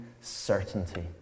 certainty